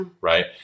right